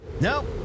Nope